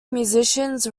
musicians